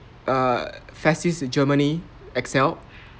err fascist's germany excelled